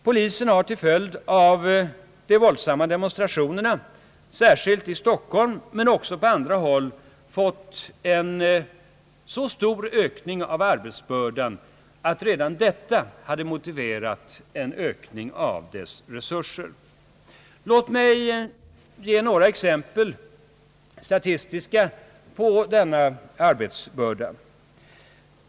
Polisen har till följd av de våldsamma demonstrationerna, särskilt i Stockholm men också på andra håll, fått en så stor ökning av sin arbetsbörda att redan detta motiverat en ökning av dess resurser. Låt mig ge några statistiska exempel på denna arbetsbörda!